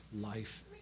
life